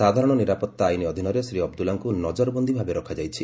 ସାଧାରଣ ନିରାପତ୍ତା ଆଇନ ଅଧୀନରେ ଶ୍ରୀ ଅବଦୁଲ୍ଲାଙ୍କୁ ନଜରବନ୍ଦୀଭାବେ ରଖାଯାଇଛି